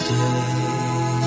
day